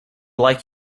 like